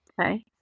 Okay